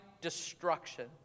destruction